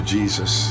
Jesus